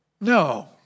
No